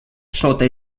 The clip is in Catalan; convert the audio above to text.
sota